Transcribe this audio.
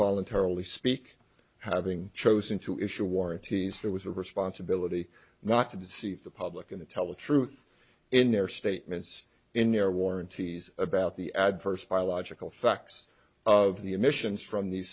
voluntarily speak having chosen to issue warranties there was a responsibility not to deceive the public and to tell the truth in their statements in their warranties about the adverse biological facts of the emissions from the